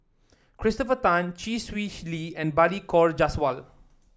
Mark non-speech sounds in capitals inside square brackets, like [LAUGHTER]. Christopher Tan Chee Swee [UNINTELLIGIBLE] Lee and Balli Kaur Jaswal